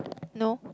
no